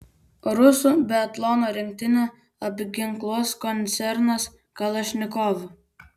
rusų biatlono rinktinę apginkluos koncernas kalašnikov